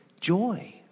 joy